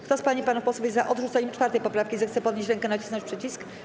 Kto z pań i panów posłów jest za odrzuceniem 4. poprawki, zechce podnieść rękę i nacisnąć przycisk.